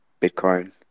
Bitcoin